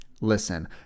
listen